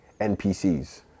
NPCs